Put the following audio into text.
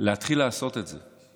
להתחיל לעשות את זה.